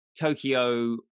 Tokyo